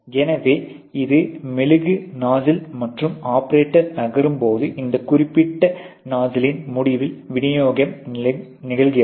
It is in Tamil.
எனவே இது மெழுகு நாஸ்சில் மற்றும் ஆபரேட்டர் நகரும்போது இந்த குறிப்பிட்ட நாஸ்சிலின் முடிவில் விநியோகம் நிகழ்கிறது